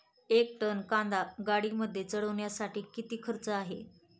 एक टन कांदा गाडीमध्ये चढवण्यासाठीचा किती खर्च आहे?